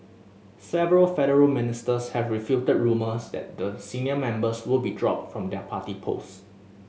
several federal ministers have refuted rumours that the senior members would be dropped from their party post